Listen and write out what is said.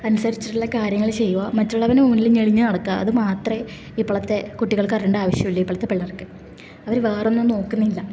അനുസരിച്ചിട്ടുള്ള കാര്യങ്ങൾ ചെയ്യുവാ മറ്റുള്ളവന് മുന്നിൽ ഞെളിഞ്ഞു നടക്കുക അത് മാത്രമെ ഇപ്പൊഴത്തെ കുട്ടികൾക്ക് അറിയണ്ട ആവശ്യമുള്ളൂ ഇപ്പോഴത്തെ പിള്ളേർക്ക് അവർ വേറൊന്നും നോക്കുന്നില്ല